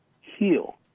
Heal